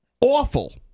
Awful